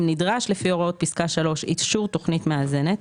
אם נדרש לפי הוראות פסקה (3) אישור תוכנית מאזנת,